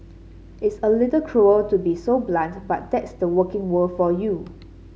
it's a little cruel to be so blunt but that's the working world for you